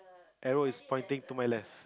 arrow is pointing to my left